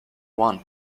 one